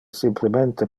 simplemente